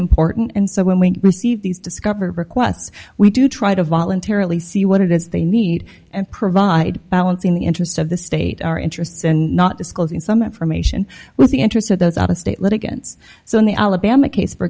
important and so when we receive these discovered requests we do try to voluntarily see what it is they need and provide balance in the interest of the state our interests and not disclosing some information with the interests of those out of state litigants so in the alabama case for